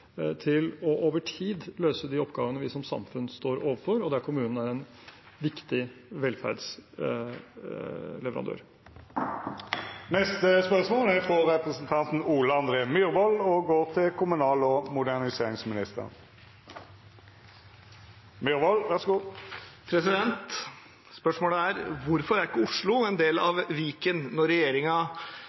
til over tid å løse de oppgavene som vi som samfunn står overfor, og der kommunene er en viktig velferdsleverandør. «Hvorfor er ikke Oslo en del av Viken når regjeringen definerer Hallingdal i tidligere Buskerud og Enningdalen i Østfold som del av samme bo- og arbeidsmarkedsområde?» Det har ikke